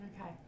Okay